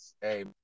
Hey